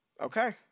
Okay